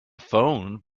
phoned